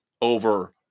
over